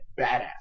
badass